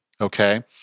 Okay